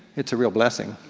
it's a real blessing.